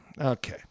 Okay